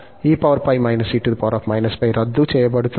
కాబట్టి ఒక term eπ−e−π రద్దు చేయబడుతుంది